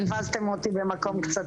תפסתם אותי במקום קצת